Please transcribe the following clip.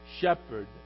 shepherd